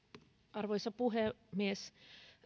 arvoisa puhemies